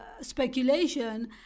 speculation